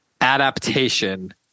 adaptation